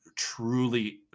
truly